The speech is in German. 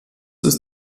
ist